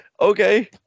Okay